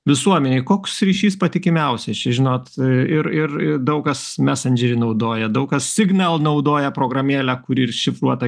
visuomenei koks ryšys patikimiausias čia žinot ir ir daug kas mesendžerį naudoja daug kas signal naudoja programėlę kuri ir šifruota